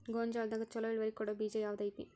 ಗೊಂಜಾಳದಾಗ ಛಲೋ ಇಳುವರಿ ಕೊಡೊ ಬೇಜ ಯಾವ್ದ್ ಐತಿ?